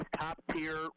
top-tier